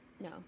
No